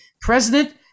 president